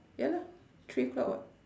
ya lah three o'clock [what]